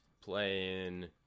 playing